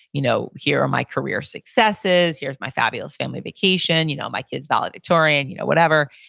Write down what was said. you know here are my career successes, here's my fabulous family vacation, you know my kids valedictorian, you know whatever.